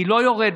היא לא יורדת.